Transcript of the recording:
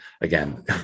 again